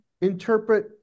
interpret